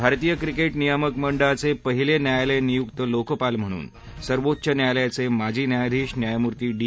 भारतीय क्रिकेट नियामक मंडळाचे पहिले न्यायालय नियुक्त लोकपाल म्हणून सर्वोच्च न्यायालयाचे माजी न्यायाधीश न्यायमूर्ती डी